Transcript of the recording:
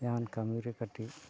ᱡᱟᱦᱟᱱ ᱠᱟᱹᱢᱤ ᱨᱮ ᱠᱟᱹᱴᱤᱡ